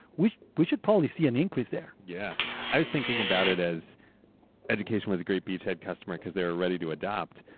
we we should probably see an increase there. yeah i was thinking about it as education was a great beachhead customer because they are ready to adopt,